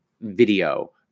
video